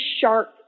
sharp